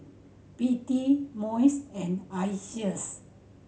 P T MUIS and ISEAS